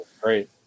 great